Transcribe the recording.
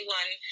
one